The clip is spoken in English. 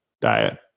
diet